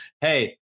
hey